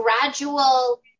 gradual